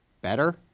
better